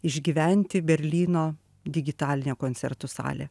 išgyventi berlyno digitalinė koncertų salę